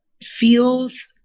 feels